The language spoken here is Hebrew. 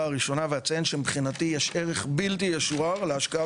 הראשונה ואציין שמבחינתי יש ערך בלתי ישוער להשקעה